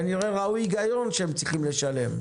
כנראה, ראו היגיון שהם צריכים לשלם.